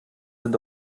sind